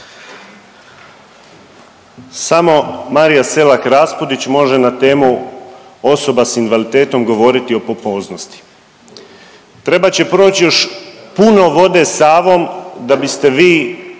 Samo Marija Selak Raspudić može na temu osoba sa invaliditetom govoriti o pompoznosti. Trebat će proći još puno vode Savom da biste vi